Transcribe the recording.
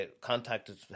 contacted